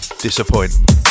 disappoint